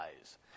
eyes